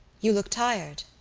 you looked tired,